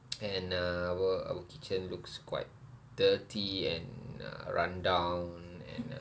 and uh our our kitchen looks quite dirty and uh rundown and uh